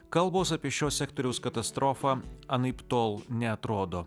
kalbos apie šio sektoriaus katastrofą anaiptol neatrodo